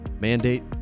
Mandate